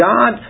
God